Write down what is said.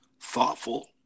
thoughtful